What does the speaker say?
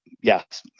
Yes